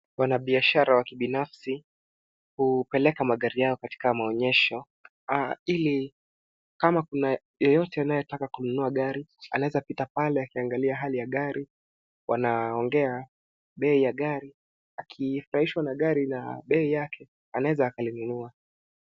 Wanabiashara wa kibinafsi hupeleka magari yao katika maonyesho ili kama kuna yeyote anayetaka kununua gari anaweza pita pale akiangalia hali ya gari, wanaongea bei ya gari, akifurahishwa na gari na bei yake, anaweza akalinunua.